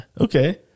Okay